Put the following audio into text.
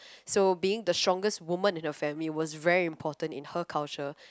so being the strongest woman in a family was very important in her culture